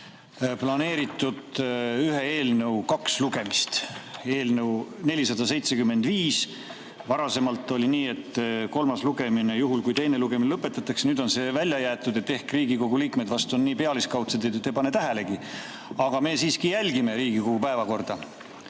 planeeritud ühe eelnõu kaks lugemist. Eelnõu 475. Varem oli nii, et kolmas lugemine, juhul kui teine lugemine lõpetatakse. Nüüd on see välja jäetud – ehk Riigikogu liikmed on nii pealiskaudsed, et ei pane tähelegi. Aga me siiski jälgime Riigikogu päevakorda.